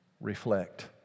reflect